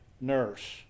nurse